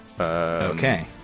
Okay